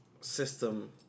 system